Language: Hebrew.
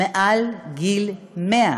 מעל גיל 100,